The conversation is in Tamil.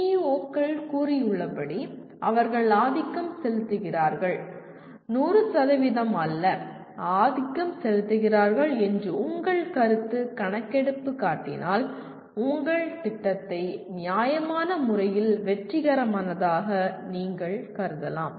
PEO க்கள் கூறியுள்ளபடி அவர்கள் ஆதிக்கம் செலுத்துகிறார்கள் 100 அல்ல ஆதிக்கம் செலுத்துகிறார்கள் என்று உங்கள் கருத்து கணக்கெடுப்பு காட்டினால் உங்கள் திட்டத்தை நியாயமான முறையில் வெற்றிகரமானதாக நீங்கள் கருதலாம்